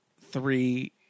three